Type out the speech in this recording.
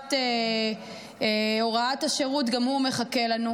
להארכת השירות גם הוא מחכה לנו,